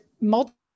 multiple